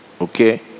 Okay